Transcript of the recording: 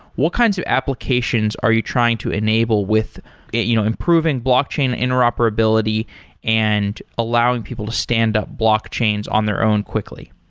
what kinds of applications are you trying to enable with you know improving blockchain interoperability and allowing people to standup blockchains on their own quickly?